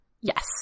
yes